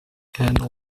and